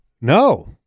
No